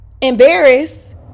embarrassed